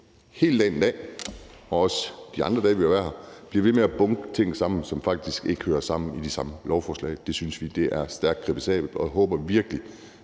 hele dagen i dag og også de andre dage, vi har været her, bliver ved med at bunke ting sammen, som faktisk ikke hører sammen, i de samme lovforslag. Det synes vi er stærkt kritisabelt. Og jeg håber virkelig,